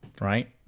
right